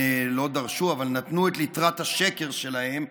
נתנו את ליטרת השקר שלהם,